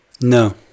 No